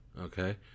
Okay